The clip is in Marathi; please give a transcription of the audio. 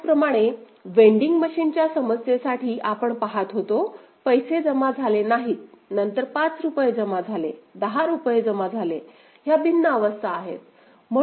त्याचप्रमाणे वेंडिंग मशीनच्या समस्येसाठी आपण पहात होतो पैसे जमा झाले नाहीत नंतर पाच रुपये जमा झाले दहा रुपये जमा झाले ह्या भिन्न अवस्था आहेत